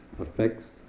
affects